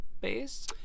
base